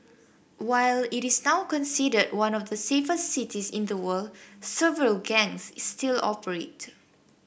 while it is now considered one of the safest cities in the world several gangs still operate